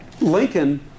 Lincoln